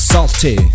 Salty